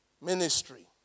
ministry